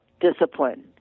discipline